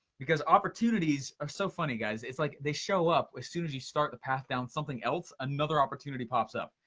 because opportunities are so funny guys. it's like they show up as soon as you start the path down something else, another opportunity pops up.